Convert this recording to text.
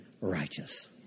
righteous